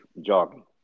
jogging